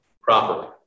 properly